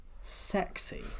sexy